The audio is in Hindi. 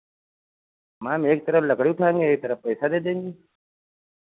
मैम एक तरफ़ लकड़ी उठाएँगे एक तरफ़ पैसा दे देंगे